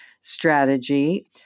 strategy